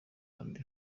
kandi